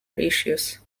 issues